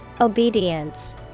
Obedience